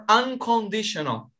unconditional